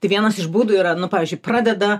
tai vienas iš būdų yra nu pavyzdžiui pradeda